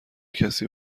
کسی